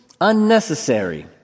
unnecessary